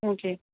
okay